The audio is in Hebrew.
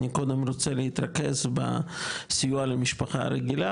אני קודם רוצה להתרכז לסיוע למשפחה רגילה